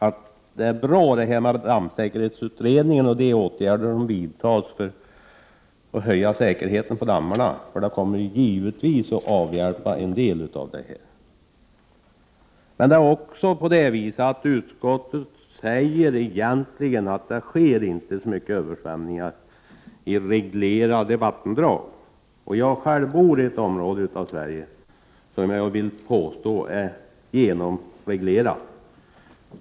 De åtgärder som vidtas på grundval av dammsäkerhetsutredningens arbete för att höja säkerheten på dammarna är bra; det kommer givetvis att avhjälpa en del av bristerna. Men utskottet säger egentligen också att det inte sker så mycket översvämningar i reglerade vattendrag. Jag bor själv i ett område av Sverige som jag vill påstå är genomreglerat.